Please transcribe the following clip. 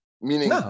meaning